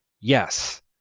Yes